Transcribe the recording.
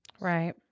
Right